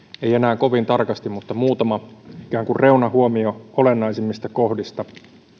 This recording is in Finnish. ei enää kovin tarkasti mutta muutama ikään kuin reunahuomio olennaisimmista kohdista